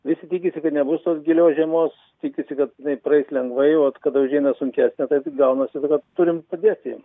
visi tikisi kad nebus tos gilios žiemos tikisi kad jinai praeis lengvai vat kada užeina sunkesnė taip gaunasi tai vat turim padėti